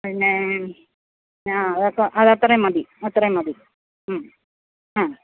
പിന്നേ ആ അതൊക്കെ അതത്രയും മതി അത്രയും മതി ആ